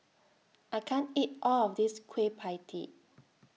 I can't eat All of This Kueh PIE Tee